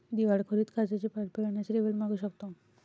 दिवाळखोरीत कर्जाची परतफेड करण्यासाठी वेळ मागू शकतो